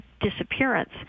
disappearance